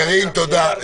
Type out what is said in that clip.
קארין, תודה.